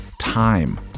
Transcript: time